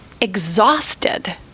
exhausted